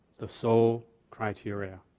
the sole criteria.